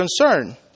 concern